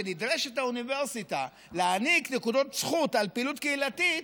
שנדרשת האוניברסיטה להעניק נקודות זכות על פעילות קהילתית,